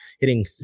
hitting